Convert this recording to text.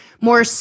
more